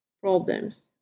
problems